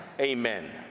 amen